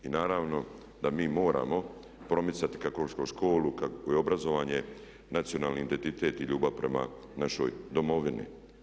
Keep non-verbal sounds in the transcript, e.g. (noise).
I naravno da mi moramo promicati … (unintelligible) školu, obrazovanje, nacionalni identitet i ljubav prema našoj Domovini.